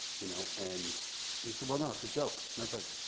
you know and he said, well no, it's a joke. and i was like,